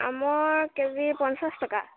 আমৰ কেজি পঞ্চাশ টকা